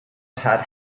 had